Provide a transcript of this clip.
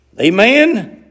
Amen